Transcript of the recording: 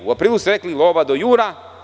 U aprilu ste rekli lova do juna.